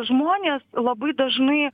žmonės labai dažnai